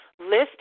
list